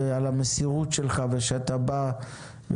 על המסירות שלך ועל כך שאתה בא ונאבק.